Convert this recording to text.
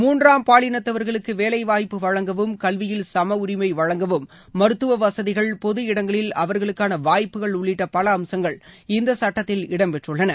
மூன்றாம் பாலினத்தவர்களுக்கு வேலை வாய்ப்பு வழங்கவும் கல்வியில் சம உரிமை வழங்கவும் மருத்துவ வசதிகள் பொது இடங்களில் அவர்களுக்கான வாய்ப்புகள் உள்ளிட்ட பல அம்சங்கள் இந்த சட்டத்தில் இடம் பெற்றுள்ளன